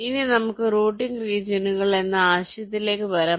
ഇനി നമുക്ക് റൂട്ടിംഗ് റീജിയണുകൾ എന്ന ആശയത്തിലേക്ക് വരാം